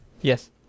Yes